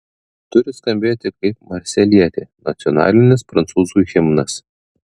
turi skambėti kaip marselietė nacionalinis prancūzų himnas